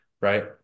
right